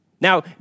Now